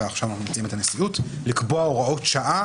ועכשיו מסמיכים את הנשיאות לקבוע הוראות שעה